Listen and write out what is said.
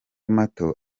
mato